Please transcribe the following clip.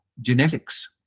genetics